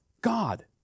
God